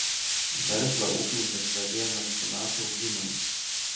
verslą ūkininkas pradėjo nuo špinatų auginimo